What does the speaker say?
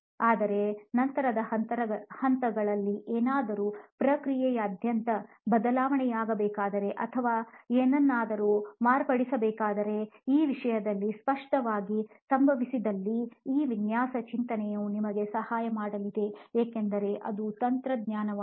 ಆದರೆ ನಂತರದ ಹಂತಗಳಲ್ಲಿ ಏನಾದರೂ ಪ್ರಕ್ರಿಯೆಯಾದ್ಯಂತ ಬದಲಾವಣೆಯಾಗಬೇಕಾದರೆ ಅಥವಾ ಏನನ್ನಾದರೂ ಮಾರ್ಪಡಿಸಬೇಕಾದರೆ ಈ ವಿಷಯದಲ್ಲಿ ಸ್ಪಷ್ಟವಾಗಿ ಸಂಭವಿಸಿದಲ್ಲಿ ಈ ವಿನ್ಯಾಸದ ಚಿಂತನೆಯು ನಮಗೆ ಸಹಾಯ ಮಾಡಲಿದೆ ಏಕೆಂದರೆ ಅದು ತಂತ್ರಜ್ಞಾನವಾಗಿದೆ